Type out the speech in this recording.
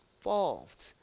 involved